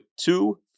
two